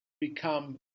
become